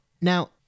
Now